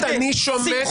רוטמן, אני רוצה להבין.